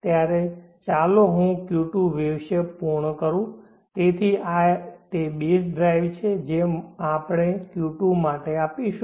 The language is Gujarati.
તેથી ચાલો હું Q2 વેવ શેપ પૂર્ણ કરું તેથી આ તે બેઝ ડ્રાઇવ છે જે આપણે Q2 માટે આપીશું